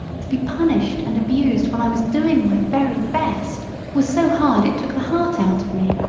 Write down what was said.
to be punished and abused when i was doing my very best was so hard it took the heart out of me.